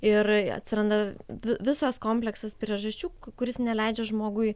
ir atsiranda visas kompleksas priežasčių kuris neleidžia žmogui